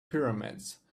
pyramids